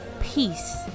Peace